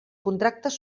contractes